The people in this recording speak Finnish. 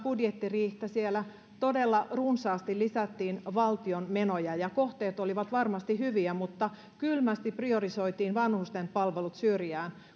budjettiriihtä siellä todella runsaasti lisättiin valtion menoja ja kohteet olivat varmasti hyviä mutta kylmästi priorisoitiin vanhustenpalvelut syrjään